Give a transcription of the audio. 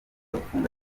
gufunga